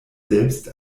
selbst